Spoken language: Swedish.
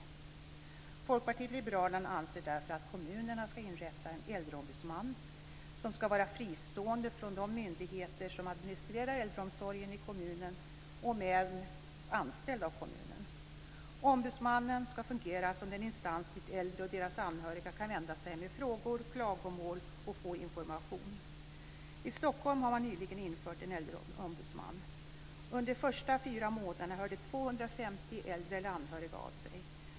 Folkpartiet liberalerna anser därför att kommunerna ska inrätta en äldreombudsman som ska vara fristående från de myndigheter som administrerar äldreomsorgen i kommunen, om än anställd av kommunen. Ombudsmannen ska fungera som den instans dit äldre och deras anhöriga kan vända sig med frågor och klagomål och få information. I Stockholm har man nyligen infört en äldreombudsman. Under de första fyra månaderna hörde 250 äldre eller anhöriga av sig.